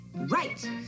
Right